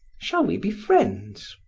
shall we be friends?